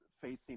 facing